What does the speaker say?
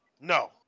No